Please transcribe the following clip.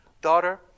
Daughter